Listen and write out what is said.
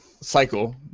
Cycle